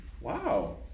wow